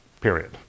period